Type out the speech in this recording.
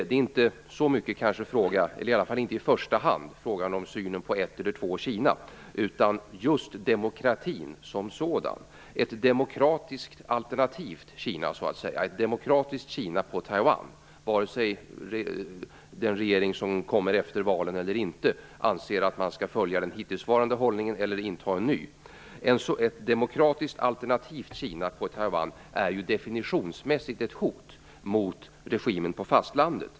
Det är inte så mycket - i varje fall inte i första hand - fråga om synen på ett eller två Kina, utan om demokratin som sådan, ett demokratiskt alternativt Kina, ett demokratiskt Kina på Taiwan, oavsett om den regering som kommer efter valen anser att man skall bevara den hittillsvarande hållningen eller vill inta en ny. Ett demokratiskt alternativt Kina på Taiwan är ju definitionsmässigt ett hot mot regimen på fastlandet.